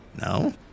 No